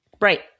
Right